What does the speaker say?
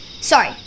sorry